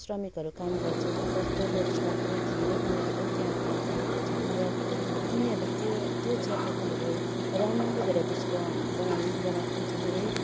श्रमिकहरू काम गर्छन् जो बेरोजगार पनि थिए उनीहरूले त्यहाँ काम पाएको छन् र उनीहरूले त्यो त्यो चियापत्तीहरू राम्रो भेराइटिजको बनाउनु बनाएको पनि हुन्छ धेरै